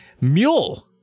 Mule